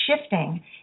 shifting